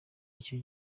icyo